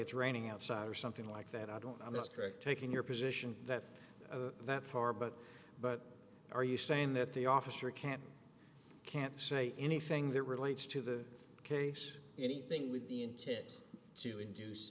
it's raining outside or something like that i don't know that's correct taking your position that that far but but are you saying that the officer can't can't say anything that relates to the case anything with the intent to induce